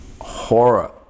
horror